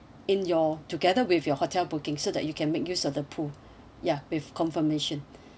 in your together with your hotel booking so that you can make use of the pool ya with confirmation